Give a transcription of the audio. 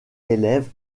élève